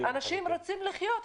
אנשים רוצים לחיות,